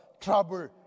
trouble